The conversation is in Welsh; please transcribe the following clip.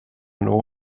nhw